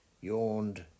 yawned